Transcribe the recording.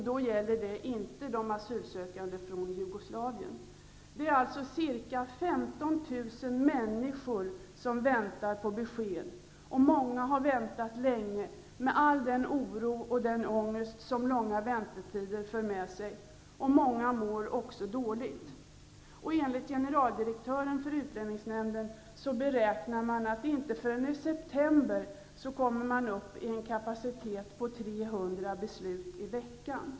Då gäller det inte de asylsökande från Jugoslavien. Det är alltså ca 15 000 människor som väntar på besked. Många har väntat länge, med all den oro och ångest som långa väntetider för med sig. Många mår också dåligt. Enligt generaldirektören för utlänningsnämnden beräknas nämnden inte förrän i september komma upp i en kapacitet på 300 beslut i veckan.